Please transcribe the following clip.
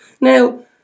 Now